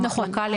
נכון,